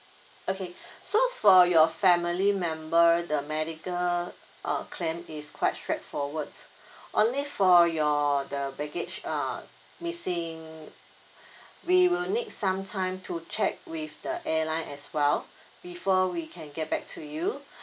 okay so for your family member the medical uh claim is quite straightforward only for your the baggage uh missing we will need some time to check with the airline as well before we can get back to you